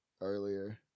earlier